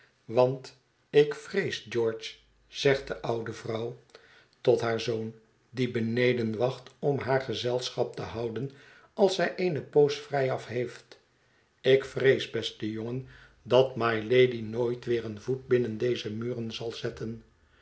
want ik vrees george zegt de oude vrouw tot haar zoon die beneden wacht om haar gezelschap te houden als zij eene poos vrijaf heeft ik vrees beste jongen dat my lady nooit weer een voet binnen deze muren zal zetten